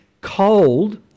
cold